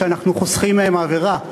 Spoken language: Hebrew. שאנחנו חוסכים מהם עבירה.